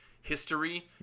history